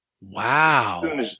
Wow